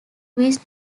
twist